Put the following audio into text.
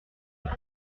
bols